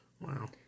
Wow